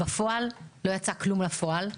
בפועל לא יצא כלום לפועל,